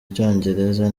icyongereza